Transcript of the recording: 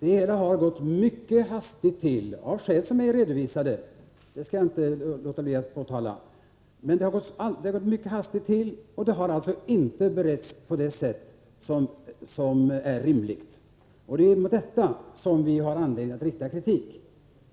Det hela har gått mycket hastigt till — av skäl som är redovisade, det skall jag inte låta bli att påpeka — och ärendet har alltså inte beretts på det sätt som är rimligt. Det är emot detta som vi har anledning att rikta kritik.